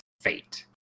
fate